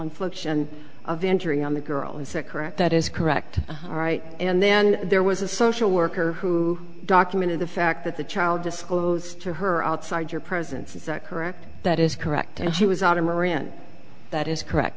infliction of injury on the girl is that correct that is correct all right and then there was a social worker who documented the fact that the child disclosed to her outside your presence is that correct that is correct and she was on him or in that is correct